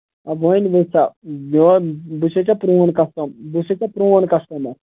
A وۄنۍ وٕچھسا میون بہٕ چھُسے ژےٚ پرٛون کَسٹ بہٕ چھُسے ژےٚ پرٛون کَسٹَمَر